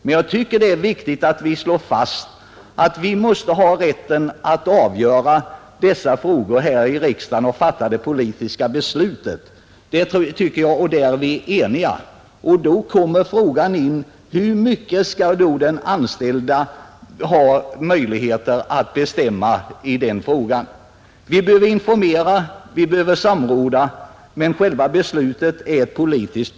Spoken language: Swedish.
Det är emellertid viktigt att slå fast att det är riksdagen som skall fatta det politiska beslutet i dessa frågor. Om detta är vi också eniga. Då uppstår frågan: Hur mycket skall de anställda få bestämma? Vi skall givetvis informera och samråda, men själva beslutet är politiskt.